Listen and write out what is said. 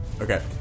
Okay